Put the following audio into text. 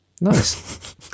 nice